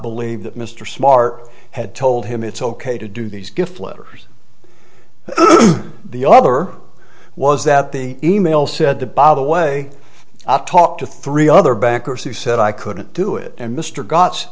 believe that mr smart had told him it's ok to do these gift letters the other was that the e mail said the by the way up talked to three other bankers who said i couldn't do it and mr g